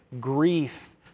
grief